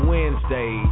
Wednesday